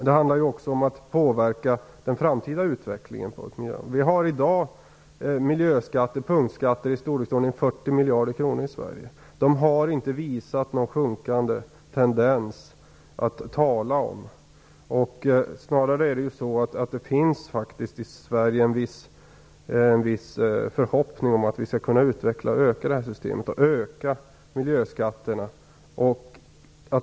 Det handlar också om att påverka den framtida utvecklingen på miljöområdet. Vi har i dag miljöskatter, punktskatter, i storleksordningen 40 miljarder kronor i Sverige. De har inte visat någon sjunkande tendens att tala om. Snarare finns det faktiskt i Sverige en viss förhoppning om att vi skall kunna utveckla det här systemet och öka miljöskatterna.